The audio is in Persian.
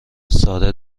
ساره